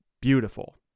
beautiful